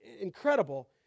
incredible